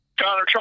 Connor